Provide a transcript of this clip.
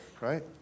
Right